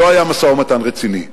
שלא היה משא-ומתן רציני,